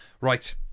Right